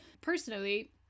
Personally